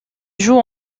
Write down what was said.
joue